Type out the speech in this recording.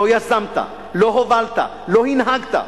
לא יזמת, לא הובלת, לא הנהגת.